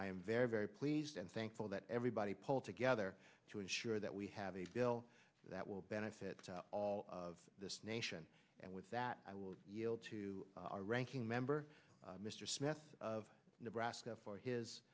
i am very very pleased and thankful that everybody pulled together to ensure that we have a bill that will benefit all of this nation and with that i will yield to our ranking member mr smith of nebraska for his